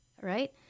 right